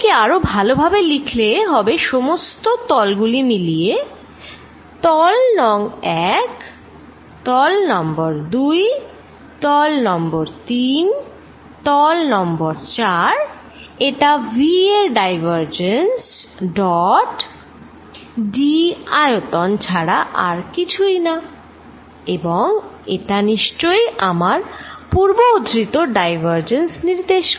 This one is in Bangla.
আমি একে আরো ভালো করে লিখলে হবে সমস্ত তল গুলি মিলিয়ে তল নং 1 তল নং 2 তল নং 3 তল নং 4 এটা v এর ডাইভারজেন্স ডট d আয়তন ছাড়া আর কিছুই না এবং এটা নিশ্চই আমার পূর্বউদ্ধৃত ডাইভারজেন্স নির্দেশ করে